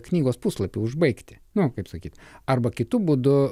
knygos puslapį užbaigti nu kaip sakyt arba kitu būdu